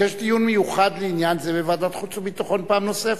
תבקש דיון מיוחד בעניין זה בוועדת החוץ והביטחון פעם נוספת.